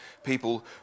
people